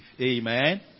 Amen